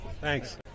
thanks